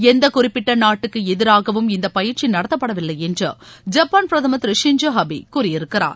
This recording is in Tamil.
எந்த குறிப்பிட்ட நாட்டுக்கு எதிராகவும் இந்த பயிற்சி நடத்தப்படவில்லை என்று ஜப்பான் பிரதமா் திரு ஷின்ஜோ அபி கூறியிருக்கிறார்